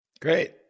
Great